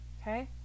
Okay